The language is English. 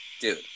Dude